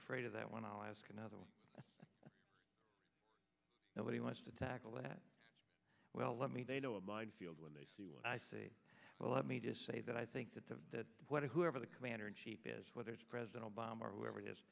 afraid of that one i'll ask another one nobody wants to tackle that well let me they go a minefield when they see what i see well let me just say that i think that the that what whoever the commander in chief is whether it's president obama or whoever it is